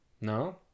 No